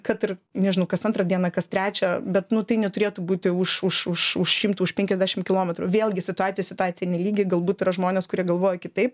kad ir nežinau kas antrą dieną kas trečią bet nu tai neturėtų būti už už už už šimto už penkiasdešim kilometrų vėlgi situacija situacijai nelygi galbūt yra žmonės kurie galvoja kitaip